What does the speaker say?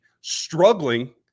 struggling